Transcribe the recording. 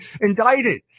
indicted